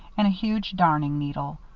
and a huge darning needle.